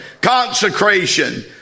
consecration